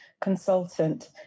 consultant